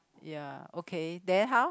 ya okay then how